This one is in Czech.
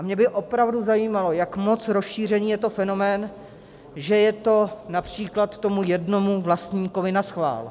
Mě by opravdu zajímalo, jak moc rozšířený je to fenomén, že je to například tomu jednomu vlastníkovi naschvál.